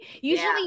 Usually